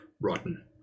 rotten